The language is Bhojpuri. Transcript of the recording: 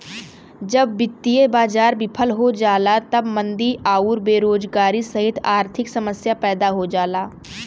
जब वित्तीय बाजार विफल हो जाला तब मंदी आउर बेरोजगारी सहित आर्थिक समस्या पैदा हो जाला